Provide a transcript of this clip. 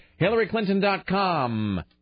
HillaryClinton.com